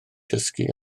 dysgu